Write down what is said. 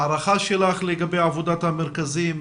הערכה שלך לגבי עבודת המרכזים,